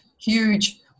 huge